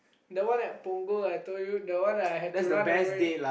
the one at Punggol I told you the one I had to run away